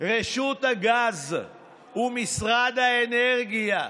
רשות הגז ומשרד האנרגיה,